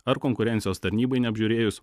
ar konkurencijos tarnybai neapžiūrėjus